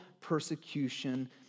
persecution